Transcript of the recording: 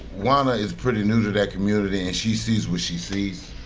uwana is pretty new to that community and she sees what she sees